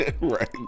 Right